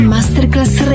Masterclass